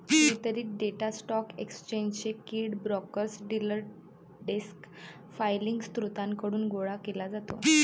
वितरित data stock exchange feed, brokers, dealer desk filing स्त्रोतांकडून गोळा केला जातो